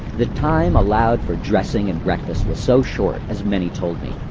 the time allowed for dressing and breakfast was so short, as many told me,